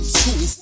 school